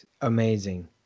amazing